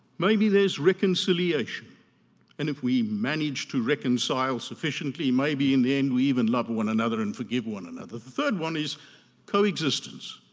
maybe there's reconciliation and if we manage to reconcile sufficiently, maybe in the end we even love one another and forgive one another. the third one is coexistence.